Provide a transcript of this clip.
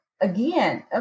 again